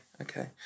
okay